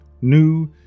new